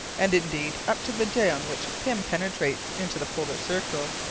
and indeed, up to the day on which pym penetrates into the polar circle,